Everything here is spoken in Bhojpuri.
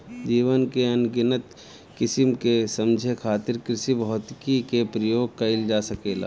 जीवन के अनगिनत किसिम के समझे खातिर कृषिभौतिकी क प्रयोग कइल जा सकेला